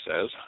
says